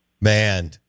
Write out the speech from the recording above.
Man